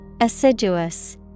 Assiduous